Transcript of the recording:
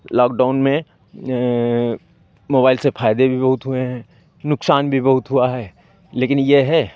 lockdown में mobile से फ़ायदे भी बहुत हुए हैं नुकसान भी बहुत हुआ है लेकिन ये है